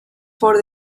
for